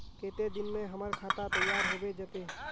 केते दिन में हमर खाता तैयार होबे जते?